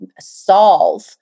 solve